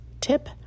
tip